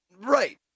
Right